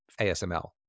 ASML